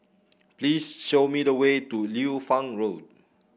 please show me the way to Liu Fang Road